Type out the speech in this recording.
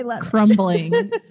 crumbling